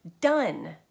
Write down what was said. done